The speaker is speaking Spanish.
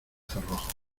cerrojos